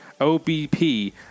OBP